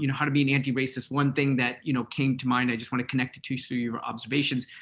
you know how to be an anti-racist, one thing that you know came to mind, i just want to connect to to so your observations,